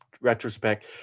retrospect